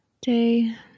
Day